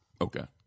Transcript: Okay